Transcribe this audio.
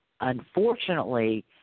unfortunately